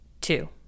two